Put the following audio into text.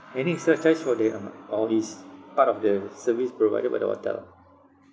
any surcharge for that amount or is part of the service provided by the hotel